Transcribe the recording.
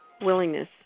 willingness